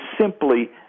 simply